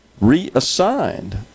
reassigned